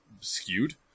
skewed